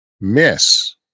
miss